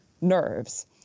nerves